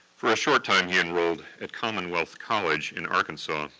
for a short time he enrolled at commonwealth college in arkansas,